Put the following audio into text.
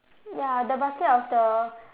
ya the basket of the